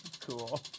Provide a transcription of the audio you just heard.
Cool